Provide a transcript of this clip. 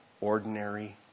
ordinary